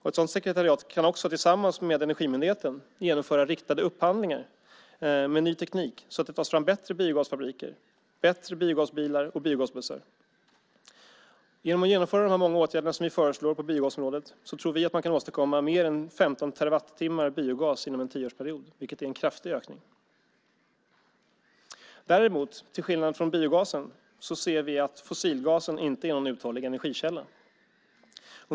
Ett sådant sekretariat kan också tillsammans med Energimyndigheten genomföra riktade upphandlingar med ny teknik, så att det tas fram bättre biogasfabriker, biogasbilar och biogasbussar. Genom att genomföra de här många åtgärderna som vi föreslår på biogasområdet tror vi att man kan åstadkomma mer än 15 terawattimmar biogas inom en tioårsperiod, vilket är en kraftig ökning. Däremot anser vi att fossilgasen, till skillnad från biogasen, inte är någon uthållig energikälla.